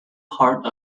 part